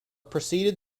proceeded